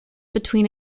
between